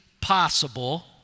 possible